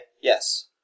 Yes